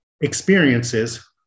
experiences